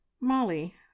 molly